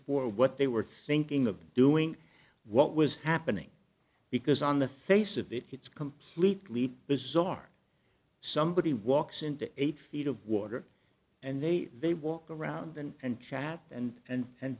for what they were thinking of doing what was happening because on the face of it it's completely bizarre somebody walks into eight feet of water and they they walk around and chat and and and